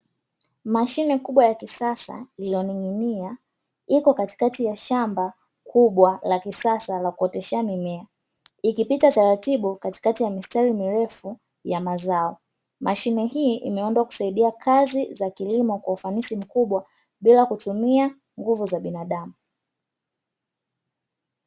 Mashine kubwa ya kisasa iliyoning’inia iko katikati ya shamba kubwa la kisasa la kuoteshea mimea, ikipita taratibu katikati ya mistari mirefu ya mazao. Mashine hii imeundwa kusaidia kazi za kilimo kwa ufanisi mkubwa, bila kutumia nguvu za binadamu.